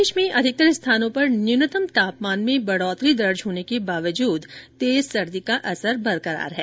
प्रदेश में अधिकतर स्थानों पर न्यूनतम तापमान में बढ़ोतरी दर्ज होने के बावजूद तेज सर्दी का असर बरकरार है